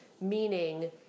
meaning